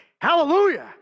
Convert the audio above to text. Hallelujah